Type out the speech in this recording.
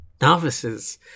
novices